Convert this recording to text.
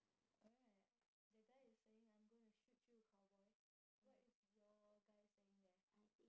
alright the guy is saying I'm gonna shoot you cowboy what is your guy saying there